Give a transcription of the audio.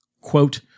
Quote